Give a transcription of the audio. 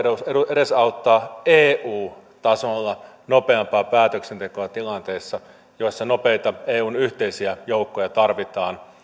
edesauttaa eu tasolla nopeampaa päätöksentekoa tilanteessa jossa nopeita eun yhteisiä joukkoja tarvitaan